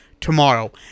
tomorrow